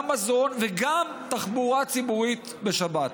גם מזון וגם תחבורה ציבורית בשבת.